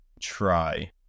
try